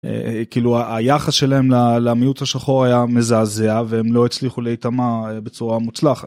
כאילו היחס שלהם למיעוט השחור היה מזעזע והם לא הצליחו להתמע בצורה מוצלחת.